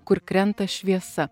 kur krenta šviesa